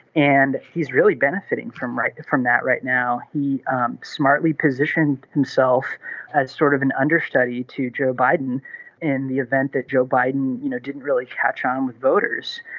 and he's really benefiting from right from that right now. he um smartly positioned himself as sort of an understudy to joe biden in the event that joe biden you know didn't really catch on um with voters.